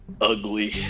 ugly